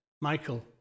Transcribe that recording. Michael